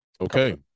Okay